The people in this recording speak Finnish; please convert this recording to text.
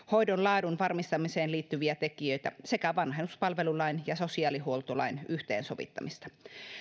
hoidon laadun varmistamiseen liittyviä tekijöitä sekä vanhuspalvelulain ja sosiaalihuoltolain yhteensovittamista